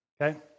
Okay